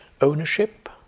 ownership